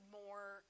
more